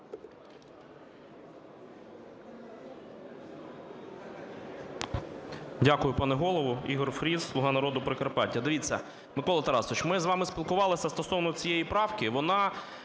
Дякую, пане Голово. Ігор Фріс, "Слуга народу", Прикарпаття. Дивіться, Микола Тарасович, ми з вами спілкувалися стосовно цієї правки.